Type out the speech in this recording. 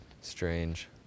strange